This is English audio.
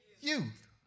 youth